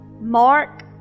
Mark